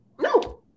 No